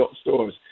stores